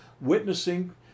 witnessing